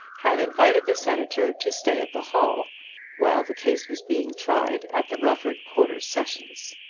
had invited the senator to stay at the hall while the case was being tried at the rufford quarter sessions.